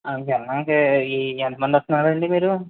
ఎంతమంది ఎంతమంది వస్తున్నారు అండి మీరు